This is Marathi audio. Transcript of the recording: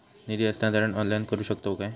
निधी हस्तांतरण ऑनलाइन करू शकतव काय?